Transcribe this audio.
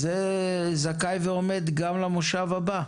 זכאי ועומד גם למושב הבא.